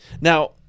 Now